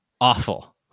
Awful